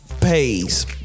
pays